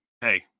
hey